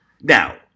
Now